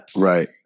Right